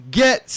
get